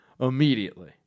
immediately